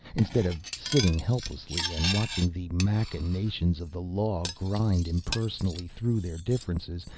instead of sitting helplessly and watching the machinations of the law grind impersonally through their differences,